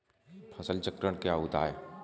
फसल चक्रण क्या होता है?